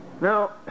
Now